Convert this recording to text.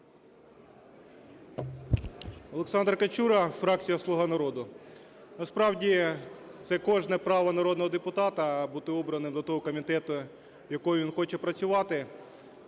Олександр Качура, фракція "Слуга народу". Насправді це кожне право народного депутата – бути обраним до того комітету, в якому він хоче працювати.